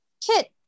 Kit